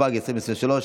התשפ"ג 2023,